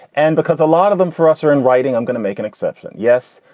and because a lot of them for us are in writing. i'm gonna make an exception. yes.